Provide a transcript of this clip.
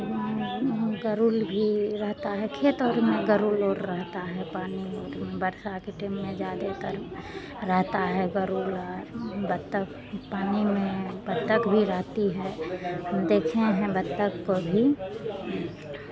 गरुर भी रहता है खेत और में गरुर और रहता है पानी में लेकिन बरसात के टाइम में ज़्यादेतर रहता है गरुर और बत्तख पानी में बत्तख भी रहती है हम देखे हैं बत्तख को भी